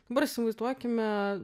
dabar įsivaizduokime